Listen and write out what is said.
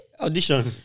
Audition